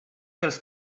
pels